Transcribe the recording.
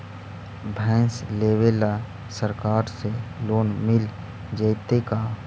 भैंस लेबे ल सरकार से लोन मिल जइतै का?